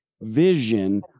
vision